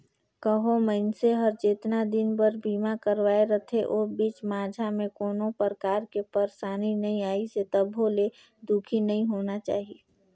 कहो मइनसे हर जेतना दिन बर बीमा करवाये रथे ओ बीच माझा मे कोनो परकार के परसानी नइ आइसे तभो ले दुखी नइ होना चाही